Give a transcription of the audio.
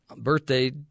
birthday